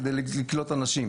כדי לקלוט אנשים,